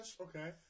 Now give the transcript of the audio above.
Okay